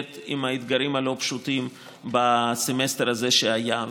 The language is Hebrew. עם האתגרים הלא-פשוטים בסמסטר הזה שהיה.